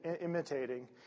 imitating